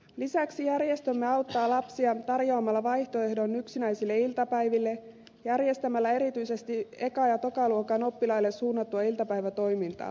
lisäksi järjestömme auttaa lapsia tarjoamalla vaihtoehdon yksinäisille iltapäiville järjestämällä erityisesti eka ja tokaluokan oppilaille suunnattua iltapäivätoimintaa